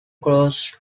closet